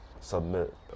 submit